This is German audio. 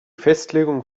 festlegung